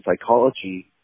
psychology